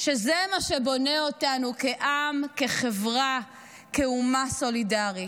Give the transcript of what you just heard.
שזה מה שבונה אותנו כעם, כחברה, כאומה סולידרית.